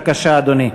בבקשה, אדוני.